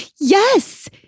Yes